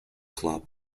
club